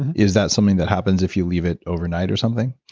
is that something that happens if you leave it overnight or something?